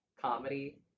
comedy